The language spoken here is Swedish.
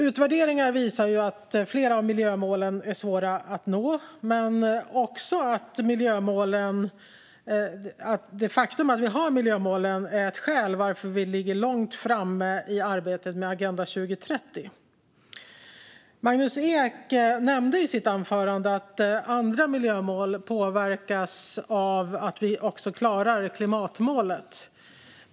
Utvärderingar visar att flera av miljömålen är svåra att nå, men också att det faktum att vi har miljömålen är en orsak till att vi ligger långt framme i arbetet med Agenda 2030. Magnus Ek nämnde i sitt anförande att andra miljömål påverkas av att vi klarar klimatmålet.